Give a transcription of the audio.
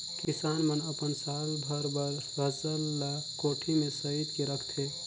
किसान मन अपन साल भर बर फसल ल कोठी में सइत के रखथे